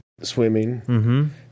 swimming